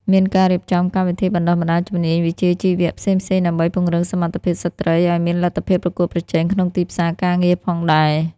មានការរៀបចំកម្មវិធីបណ្តុះបណ្តាលជំនាញវិជ្ជាជីវៈផ្សេងៗ ដើម្បីពង្រឹងសមត្ថភាពស្ត្រីឱ្យមានលទ្ធភាពប្រកួតប្រជែងក្នុងទីផ្សារការងារផងដែរ។